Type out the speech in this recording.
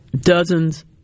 dozens